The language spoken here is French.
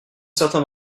certains